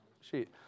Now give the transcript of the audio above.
sheet